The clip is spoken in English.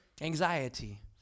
anxiety